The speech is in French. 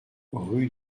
rue